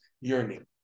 yearning